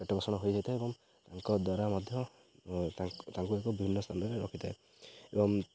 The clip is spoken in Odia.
ପେଟ ପୋଷଣ ହୋଇଯାଇଥାଏ ଏବଂ ତାଙ୍କ ଦ୍ୱାରା ମଧ୍ୟ ତାଙ୍କୁ ଏକ ବିଭିନ୍ନ ସ୍ଥାନରେ ରଖିଥାଏ ଏବଂ